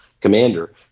commander